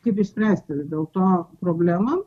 kaip išspręsti vis dėl to problemą